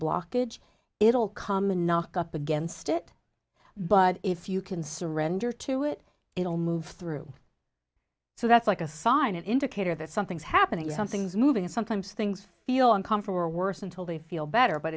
blockage it'll come and knock up against it but if you can surrender to it it'll move through so that's like a sign an indicator that something's happening something's moving sometimes things feel uncomfortable worse until they feel better but